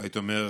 לא הייתי אומר